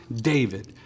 David